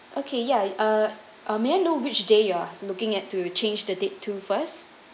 okay ya uh uh may I know which day you are looking at to change the date to first